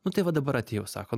nu tai va dabar atėjau sako